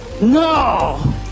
No